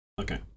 Okay